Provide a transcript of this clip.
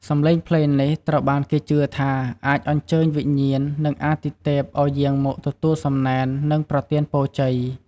សំឡេងភ្លេងនេះត្រូវបានគេជឿថាអាចអញ្ជើញវិញ្ញាណ និងអាទិទេពឲ្យយាងមកទទួលសំណែន និងប្រទានពរជ័យ។